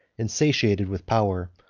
and satiated with power,